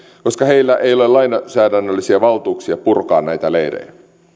koska heillä ei ole lainsäädännöllisiä valtuuksia purkaa näitä leirejä